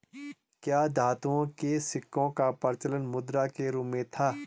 क्या धातुओं के सिक्कों का प्रचलन मुद्रा के रूप में था?